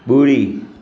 बु॒ड़ी